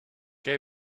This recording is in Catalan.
què